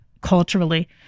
culturally